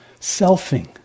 selfing